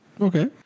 Okay